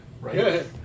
Right